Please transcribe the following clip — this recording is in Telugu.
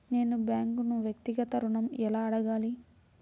నేను బ్యాంక్ను వ్యక్తిగత ఋణం ఎలా అడగాలి?